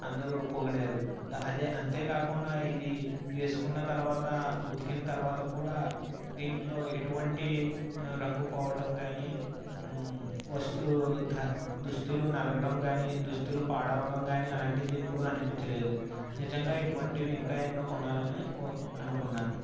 అందరూ పొగిడారు అదే అంతే కాకుండా ఇది వేసుకున్న తరువాత ఉతికిన తరువాత కూడా దీంట్లో ఎటువంటి రంగు పోవడం కానీ వస్తువు దుస్తులు నలగడం కానీ దుస్తులు పాడవ్వడం కానీ అలాంటిది ఎప్పుడు అనిపించలేదు నిజంగా ఇటువంటివి ఇంకా ఎన్నో కొనాలని అనుకున్నాను